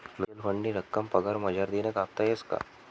Mutual फंडनी रक्कम पगार मझारतीन कापता येस का?